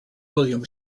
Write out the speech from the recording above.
william